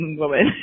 woman